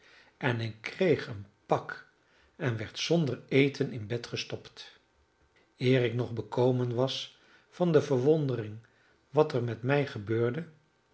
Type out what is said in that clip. en ik kreeg een pak en werd zonder eten in bed gestopt eer ik nog bekomen was van de verwondering wat er met mij gebeurde